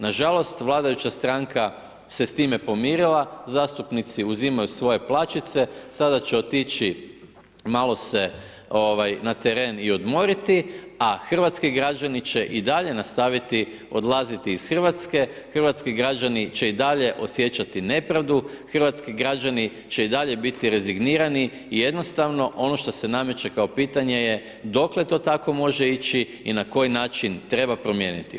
Nažalost, vladajuća stranka se s time pomirila, zastupnici uzimaju svoje plaćice, sada će otići malo se na teren i odmoriti a hrvatski građani će i dalje nastaviti iz Hrvatske, hrvatski građani će i dalje osjećati nepravdu, hrvatski građani će i dalje biti rezignirani i jednostavno ono što se nameće kao pitanje je dokle to tako može ići na koji način treba promijeniti.